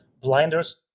blinders